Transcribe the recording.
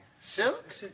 Silk